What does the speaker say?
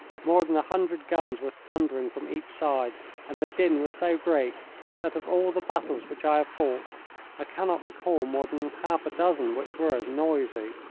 more than a hundred guns were thundering from each side, and the din was so great that of all the battles which i have fought i cannot recall more than half-a-dozen which were as noisy.